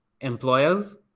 employers